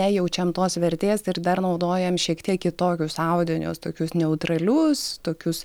nejaučiam tos vertės ir dar naudojam šiek tiek kitokius audinius tokius neutralius tokius